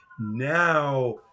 Now